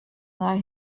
thy